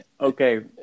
Okay